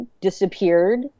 disappeared